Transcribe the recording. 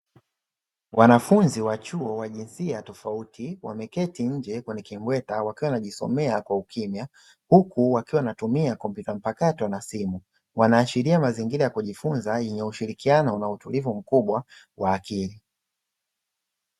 Wanafunzi wa chuo wa jinsia tofauti wameketi nje kwenye kimbweta wakiwa wanajisomea kwa ukimya, huku wakiwa wanatumia kompyuta mpakato na simu, wanaashiria mazingira ya kujifunza au yenye ushirikiano unao utulivu mkubwa wa akili.